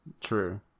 True